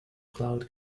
cloud